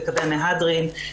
בקווי המהדרין,